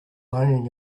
laying